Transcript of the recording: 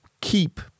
keep